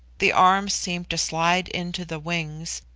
the arms seemed to slide into the wings,